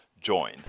join